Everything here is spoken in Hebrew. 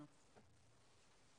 דיקנית הסטודנטים ופרופ' חוסאם חאיק,